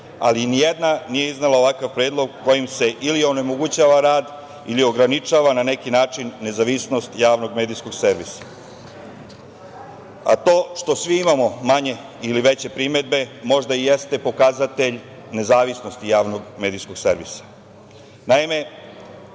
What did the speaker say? ali ni jedna nije iznela ovakav predlog kojim se ili onemogućava rad ili ograničava na način nezavisnost javnog medijskog servisa. To što svi imamo manje ili veće primedbe možda i jeste pokazatelj nezavisnosti javnog medijskog servisa.